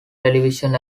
television